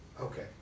okay